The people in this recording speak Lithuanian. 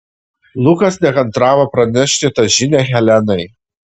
lukas nekantravo pranešti tą žinią helenai